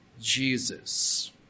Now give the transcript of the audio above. Jesus